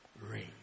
rain